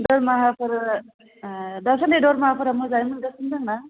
दरमाहाफोर दासान्दि दरमाहाफोरा मोजाङैनो मोनगासिनो दंना